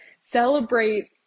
celebrate